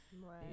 Right